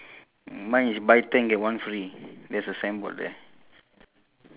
bees ah one two three four five six seven nine ten